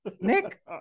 Nick